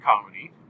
comedy